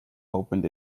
opened